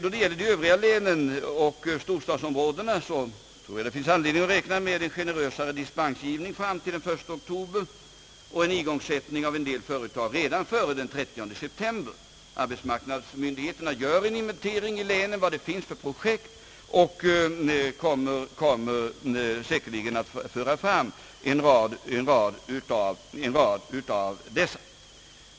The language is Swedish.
Då det gäller de övriga länen och storstadsområdena finns det anledning räkna med en generösare dispensgivning fram till den 1 oktober och igångsättning redan före den 30 september av en del företag. Arbetsmarknadsmyndigheterna gör en inventering i länen av de projekt som finns och kommer säkerligen att föra fram en rad av dessa.